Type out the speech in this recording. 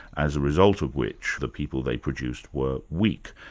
as a result of which the people they produced were weak.